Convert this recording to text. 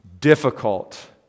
difficult